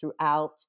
throughout